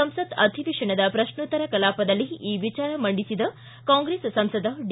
ಸಂಸತ್ ಅಧಿವೇಶನದ ಪ್ರಶ್ನೋತ್ತರ ಕಲಾಪದಲ್ಲಿ ಈ ವಿಚಾರ ಮಂಡಿಸಿದ ಕಾಂಗ್ರೆಸ್ ಸಂಸದ ಡಿ